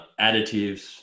additives